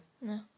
No